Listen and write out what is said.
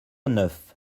neuf